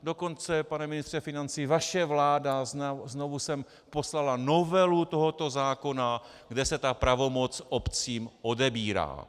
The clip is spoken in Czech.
Dokonce, pane ministře financí, vaše vláda sem znovu poslala novelu tohoto zákona, kde se pravomoc obcím odebírá.